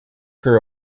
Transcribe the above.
her